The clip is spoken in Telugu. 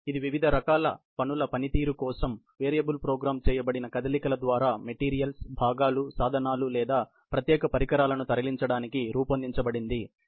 ఇది వివిధ రకాల పనుల పనితీరు కోసం వేరియబుల్ ప్రోగ్రామ్ చేయబడిన కదలికల ద్వారా మెటీరియల్స్ భాగాలు సాధనాలు లేదా ప్రత్యేక పరికరాలను తరలించడానికి రూపొందించబడింది